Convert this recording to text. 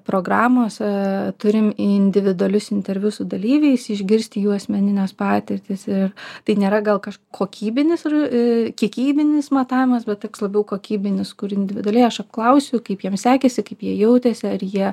programose turim individualius interviu su dalyviais išgirsti jų asmenines patirtis ir tai nėra gal kaž kokybinis ir kiekybinis matavimas bet toks labiau kokybinis kur individualiai aš apklausiu kaip jiem sekėsi kaip jie jautėsi ar jie